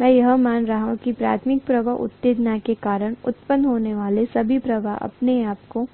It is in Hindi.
मैं यह मान रहा हूं कि प्राथमिक प्रवाह उत्तेजना के कारण उत्पन्न होने वाले सभी प्रवाह अपने आप को